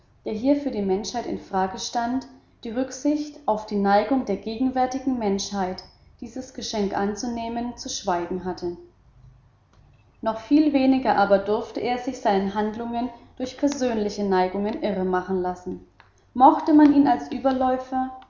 der hier für die menschheit in frage stand die rücksicht auf die neigung der gegenwärtigen menschheit dieses geschenk anzunehmen zu schweigen hatte noch viel weniger aber durfte er sich seinen handlungen durch persönliche neigungen irre machen lassen mochte man ihn als überläufer